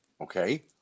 Okay